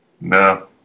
No